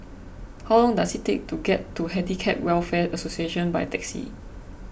how long does it take to get to Handicap Welfare Association by taxi